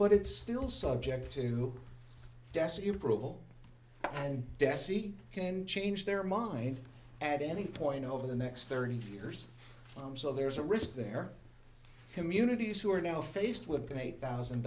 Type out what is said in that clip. but it's still subject to dessie approval and dessie can change their mind at any point over the next thirty years i'm so there's a risk their communities who are now faced with an eight thousand